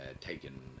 taken